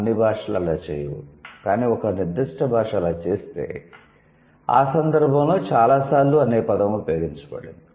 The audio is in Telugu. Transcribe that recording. అన్ని భాషలు అలా చేయవు కానీ ఒక నిర్దిష్ట భాష అలా చేస్తే ఆ సందర్భంలో 'చాలా సార్లు' అనే పదం ఉపయోగించబడింది